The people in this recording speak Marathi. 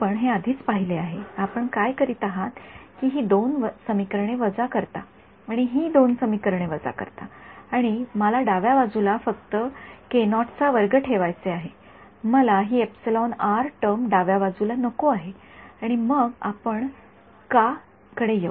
आपण हे आधीच पाहिले आहे आपण काय करीत आहात की ही दोन समीकरणे वजा करता आणि ही दोन समीकरणे वजा करता आणि मला डाव्या बाजूला फक्त ठेवायचे आहे मला ही टर्म डाव्या बाजूला नको आहे आणि मग आपण का कडे येऊ